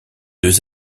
deux